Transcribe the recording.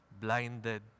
blinded